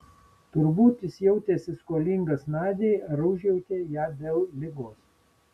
turbūt jis jautėsi skolingas nadiai ar užjautė ją dėl ligos